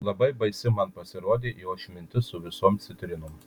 labai baisi man pasirodė jo išmintis su visom citrinom